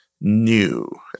new